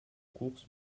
course